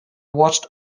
watched